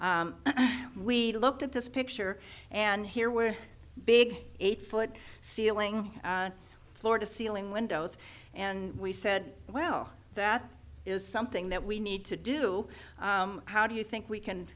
we looked at this picture and here we're big eight foot ceiling floor to ceiling windows and we said well that is something that we need to do how do you think we can